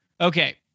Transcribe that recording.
Okay